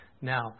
Now